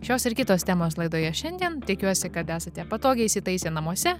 šios ir kitos temos laidoje šiandien tikiuosi kad esate patogiai įsitaisę namuose